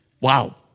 Wow